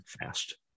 fast